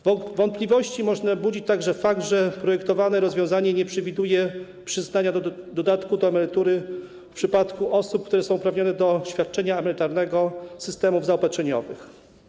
Wątpliwości może budzić także fakt, że projektowane rozwiązanie nie przewiduje przyznania dodatku do emerytury w przypadku osób, które są uprawnione do świadczenia emerytalnego z systemów zaopatrzeniowych.